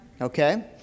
okay